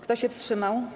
Kto się wstrzymał?